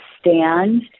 stand